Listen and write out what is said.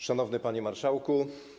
Szanowny Panie Marszałku!